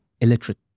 illiterate